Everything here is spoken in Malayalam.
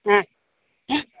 ആ